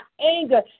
anger